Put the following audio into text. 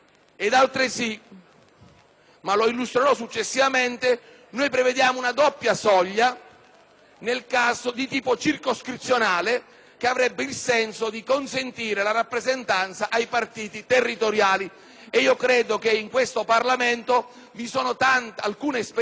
ma lo illustrerò successivamente - una doppia soglia nel caso di tipo circoscrizionale, che avrebbe il senso di consentire la rappresentanza ai partiti territoriali. Credo che in questo Parlamento vi siano alcune esperienze territoriali molto forti